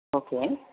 okay